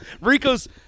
rico's